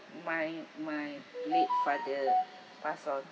my my late father pass out